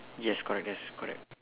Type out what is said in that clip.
yes correct yes correct